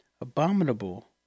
abominable